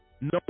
No